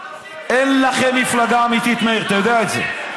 אין לכם מפלגה אמיתית, מאיר, אתה יודע את זה.